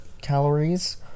calories